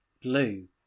blue